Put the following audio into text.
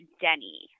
denny